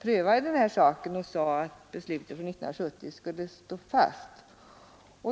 prövade frågan och sade att beslutet från 1970 skulle stå fast.